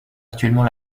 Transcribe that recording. actuellement